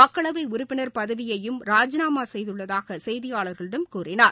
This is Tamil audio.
மக்களவை உறுப்பினர் பதவியையும் ராஜிநாமா செய்துள்ளதாக செய்தியாளர்களிடம் அவர் கூறினார்